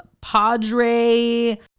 Padre